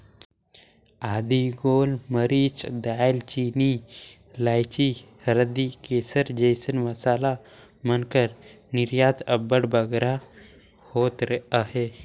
आदी, गोल मरीच, दाएल चीनी, लाइची, हरदी, केसर जइसन मसाला मन कर निरयात अब्बड़ बगरा होत अहे